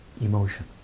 emotion